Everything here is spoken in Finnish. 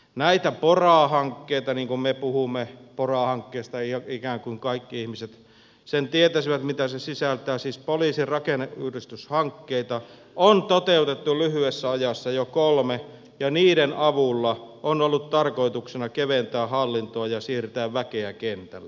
näitä pora hankkeita mehän puhumme pora hankkeista ikään kuin kaikki ihmiset tietäisivät mitä se sisältää siis poliisin rakenneuudistushankkeita on toteutettu lyhyessä ajassa jo kolme ja niiden avulla on ollut tarkoituksena keventää hallintoa ja siirtää väkeä kentälle